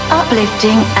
uplifting